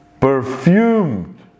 Perfumed